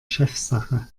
chefsache